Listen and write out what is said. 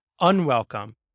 unwelcome